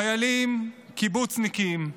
חיילים, קיבוצניקים,